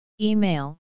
Email